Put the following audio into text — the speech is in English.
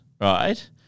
right